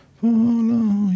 follow